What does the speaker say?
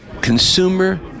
Consumer